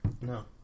No